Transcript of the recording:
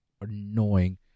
annoying